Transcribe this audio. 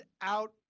out